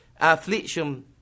affliction